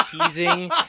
teasing